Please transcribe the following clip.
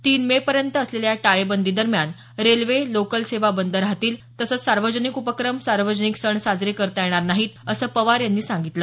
तीन मे पर्यंत असलेल्या या टाळेबंदी दरम्यान रेल्वे लोकल सेवा बंद राहतील तसंच सार्वजनिक उपक्रम सार्वजनिक सण साजरे करता येणार नाहीत असं पवार यांनी या वेळी सांगितलं